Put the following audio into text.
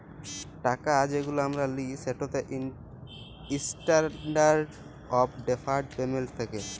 টাকা যেগুলা আমরা লিই সেটতে ইসট্যান্ডারড অফ ডেফার্ড পেমেল্ট থ্যাকে